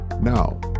Now